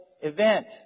event